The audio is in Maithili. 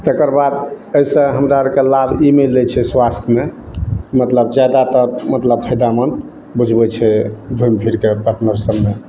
तकर बाद एहिसँ हमरा आर के लाभ ई मिलै छै स्वास्थ्यमे मतलब जायदा तऽ फायदामंद बुझबै छै घुइम फिर के पार्टनर सब मे